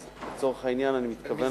אז לצורך העניין אני מתכוון,